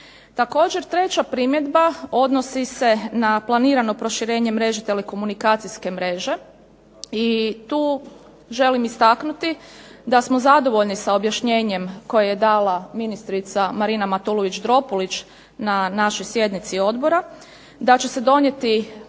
Također treća primjedba odnosi se na planirano proširenje mreže telekomunikacijske mreže i tu želim istaknuti da smo zadovoljni s objašnjenjem koje je dala ministrica Marina Matulović-Dropulić na našoj sjednici odbora. Da će se donijeti